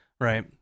right